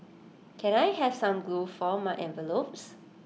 can I have some glue for my envelopes